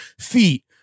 feet